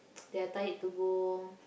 they are tired to go